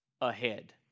ahead